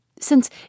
since